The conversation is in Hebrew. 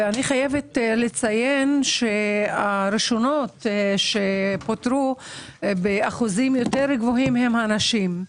ואני חייבת לציין שהראשונות שפוטרו בשיעורים גבוהים יותר הן הנשים.